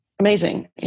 Amazing